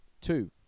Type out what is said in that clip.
Two